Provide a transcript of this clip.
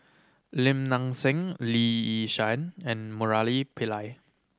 Lim Nang Seng Lee Yi Shyan and Murali Pillai